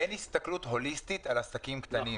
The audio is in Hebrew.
אין הסתכלות הוליסטית על עסקים קטנים.